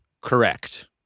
correct